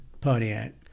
Pontiac